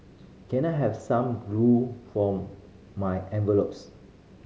can I have some glue for my envelopes